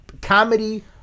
Comedy